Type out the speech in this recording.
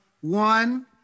one